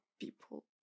people